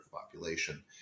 population